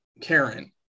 Karen